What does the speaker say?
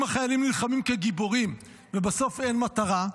אם החיילים נלחמים כגיבורים ובסוף אין מטרה,